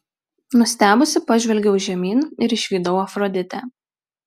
nustebusi pažvelgiau žemyn ir išvydau afroditę